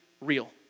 real